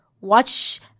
watch